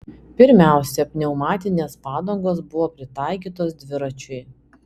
pirmiausia pneumatinės padangos buvo pritaikytos dviračiui